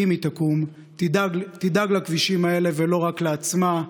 אם היא תקום, תדאג לכבישים האלה ולא רק לעצמה.